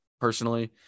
personally